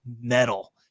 metal